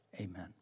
Amen